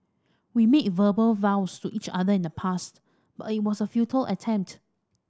we made verbal vows to each other in the past but it was a futile attempt